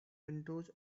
windows